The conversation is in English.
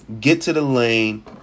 get-to-the-lane